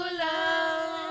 love